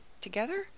together